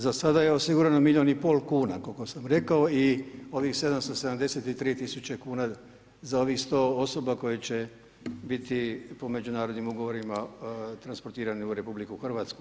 Za sada je osigurano milijun i pol kuna koliko sam rekao i ovih 773 tisuće kuna za ovih 100 osoba koje će biti po međunarodnim ugovorima transportirane u RH.